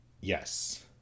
yes